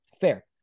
Fair